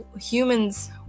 humans